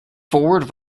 forward